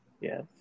Yes